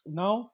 now